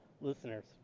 listeners